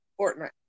Fortnite